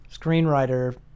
screenwriter